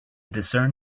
discern